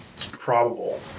probable